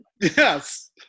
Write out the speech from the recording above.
Yes